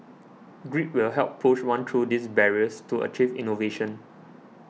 grit will help push one through these barriers to achieve innovation